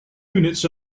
units